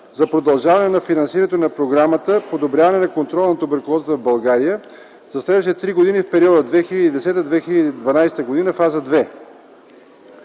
за продължаване на финансирането на програмата, подобряване на контрола на туберкулозата в България за следващите три години в периода 2010-2012 г. (фаза 2).